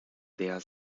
der